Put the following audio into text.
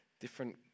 different